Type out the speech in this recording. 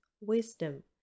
wisdom